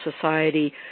society